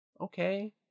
Okay